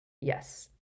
Yes